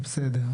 זה בסדר,